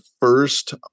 first